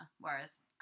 whereas